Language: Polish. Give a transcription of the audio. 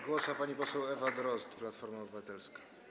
Głos ma pani poseł Ewa Drozd, Platforma Obywatelska.